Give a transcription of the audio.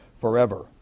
forever